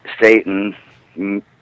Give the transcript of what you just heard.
Satan